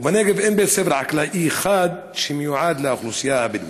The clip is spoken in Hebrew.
ובנגב אין בית ספר חקלאי אחד שמיועד לאוכלוסייה הבדואית.